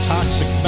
Toxic